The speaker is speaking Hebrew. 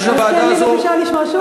תן לי בבקשה לשמוע שוב.